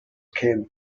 came